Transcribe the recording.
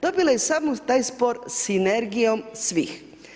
Dobila je samo taj spor sinergijom svih.